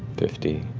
fifty,